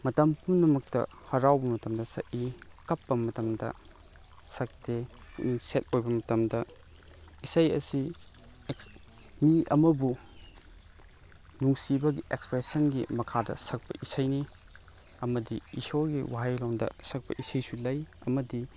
ꯃꯇꯝ ꯄꯨꯝꯅꯃꯛꯇ ꯍꯔꯥꯎꯕ ꯃꯇꯝꯗ ꯁꯛꯏ ꯀꯞꯄ ꯃꯇꯝꯗ ꯁꯛꯇꯦ ꯁꯦꯗ ꯑꯣꯏꯕ ꯃꯇꯝꯗ ꯏꯁꯩ ꯑꯁꯤ ꯃꯤ ꯑꯃꯕꯨ ꯅꯨꯡꯁꯤꯕꯒꯤ ꯑꯦꯛꯁꯄ꯭ꯔꯦꯁꯟꯒꯤ ꯃꯈꯥꯗ ꯁꯛꯄ ꯏꯁꯩꯅꯤ ꯑꯃꯗꯤ ꯏꯁꯣꯔꯒꯤ ꯋꯥꯍꯩꯔꯣꯝꯗ ꯁꯛꯄ ꯏꯁꯩꯁꯨ ꯂꯩ ꯑꯃꯗꯤ